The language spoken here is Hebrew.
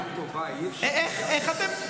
איך אתם,